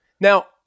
now